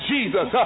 Jesus